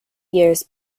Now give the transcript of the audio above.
years